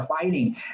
fighting